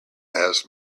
asked